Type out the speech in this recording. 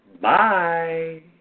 Bye